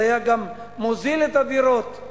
זה גם היה מוזיל את הדירות,